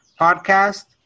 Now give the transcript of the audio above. podcast